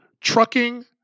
trucking